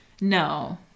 No